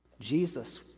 Jesus